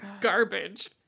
garbage